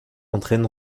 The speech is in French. entraîne